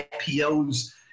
IPOs